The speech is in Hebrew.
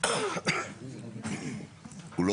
הוא לא